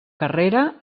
carrera